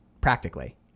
practically